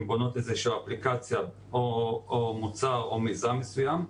בונות אפליקציה או מוצר או מיזם מסוים.